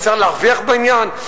עוד צריך להרוויח בעניין?